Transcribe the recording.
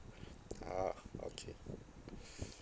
ah okay